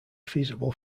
feasible